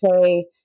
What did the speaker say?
say